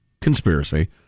conspiracy